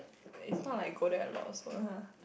it's not like go there a lot also lah